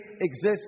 exists